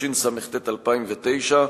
התשס"ט 2009,